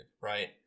right